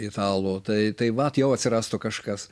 italų tai tai vat jau atsirastų kažkas